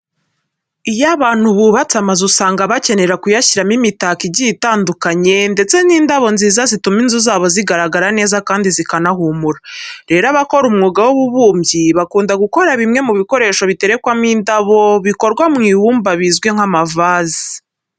Iyo abantu bubatse amazu usanga bakenera kuyashyiramo imitako igiye itandukanye ndetse n'indabo nziza zituma inzu zabo zigaragara neza kandi zikanahumura. Rero abakora umwuga w'ububumbyi bakunda gukora bimwe mu bikoresho biterekwamo indabo bikorwa mu ibumba bizwi nk'amavaze.